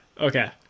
Okay